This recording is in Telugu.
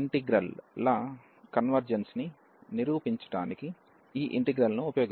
ఇంటిగ్రల్ ల కన్వెర్జెన్స్ ను నిరూపించడానికి ఈ ఇంటిగ్రల్ ను ఉపయోగిస్తాము